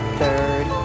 third